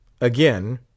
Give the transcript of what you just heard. AGAIN